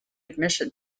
admission